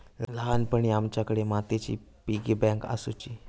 ल्हानपणी आमच्याकडे मातीची पिगी बँक आसुची